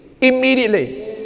immediately